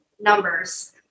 numbers